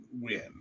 win